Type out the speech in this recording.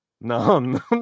No